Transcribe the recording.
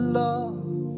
love